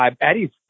Eddie's